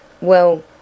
Well